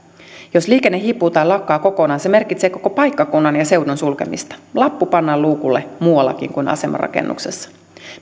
jos liikenne hiipuu tai lakkaa kokonaan se merkitsee koko paikkakunnan ja seudun sulkemista lappu pannaan luukulle muuallakin kuin asemarakennuksessa